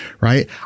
right